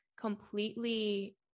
completely